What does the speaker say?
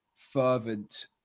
fervent